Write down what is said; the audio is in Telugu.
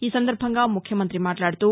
ఈ సందర్బంగా ముఖ్యమంత్రి మాట్లాడుతూ